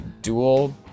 dual